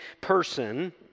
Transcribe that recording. person